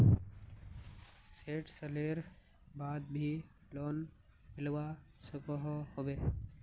सैट सालेर बाद भी लोन मिलवा सकोहो होबे?